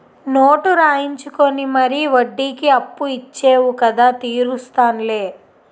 note రాయించుకుని మరీ వడ్డీకి అప్పు ఇచ్చేవు కదా తీరుస్తాం లే